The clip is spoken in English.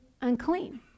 unclean